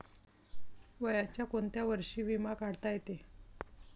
वयाच्या कोंत्या वर्षी बिमा काढता येते?